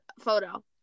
photo